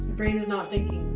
brain is not thinking.